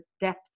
depth